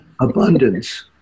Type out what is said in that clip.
Abundance